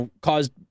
caused